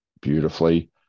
beautifully